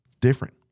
Different